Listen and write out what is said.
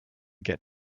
get